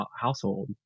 household